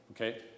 Okay